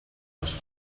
les